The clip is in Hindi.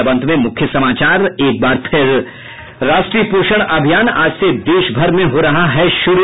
और अब अंत में मुख्य समाचार राष्ट्रीय पोषण अभियान आज से देशभर में हो रहा है शुरू